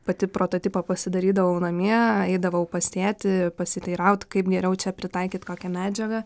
pati prototipą pasidarydavau namie eidavau pas tėtį pasiteiraut kaip geriau čia pritaikyt kokią medžiagą